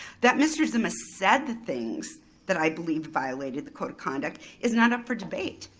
that mr. zima said things that i believe violated the code of conduct is not up for debate.